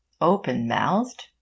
Open-mouthed